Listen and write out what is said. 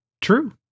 true